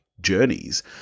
journeys